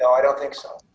i don't think so.